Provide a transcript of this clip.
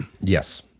Yes